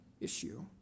issue